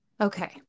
Okay